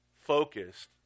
Focused